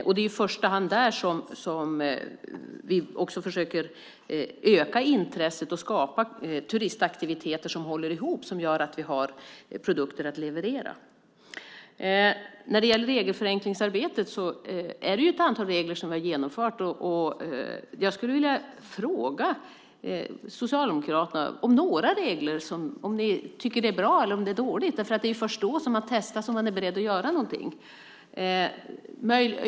Det är i första hand där vi försöker öka intresset och skapa turistaktiviteter som håller ihop och gör att vi har produkter att leverera. När det gäller regelförenklingsarbetet har vi genomfört ett antal förenklingar. Jag skulle vilja fråga Socialdemokraterna om det finns några regler som de tycker är bra. Det är först då man testas ifall man är beredd att göra någonting.